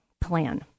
plan